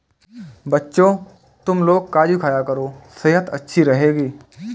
बच्चों, तुमलोग काजू खाया करो सेहत अच्छी रहेगी